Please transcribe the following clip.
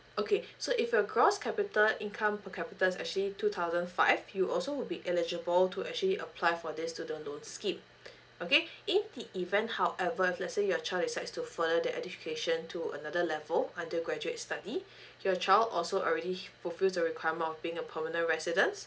okay so if your gross capital income per capita is actually two thousand five you also will be eligible to actually apply for this student's loan scheme okay in the event however if let's say your child decides to further their education to another level until graduate study your child also already fulfil the requirement of being a permanent residents